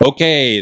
Okay